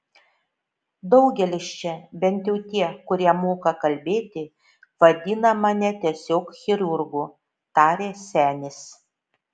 daugelis čia bent jau tie kurie moka kalbėti vadina mane tiesiog chirurgu tarė senis